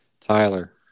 Tyler